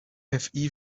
even